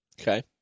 okay